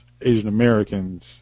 Asian-Americans